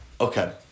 Okay